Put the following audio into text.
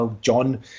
John